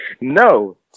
no